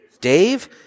Dave